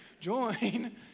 Join